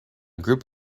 group